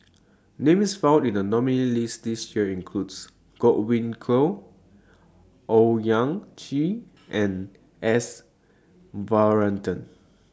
Names found in The nominees' list This Year include Godwin Koay Owyang Chi and S Varathan